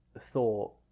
thought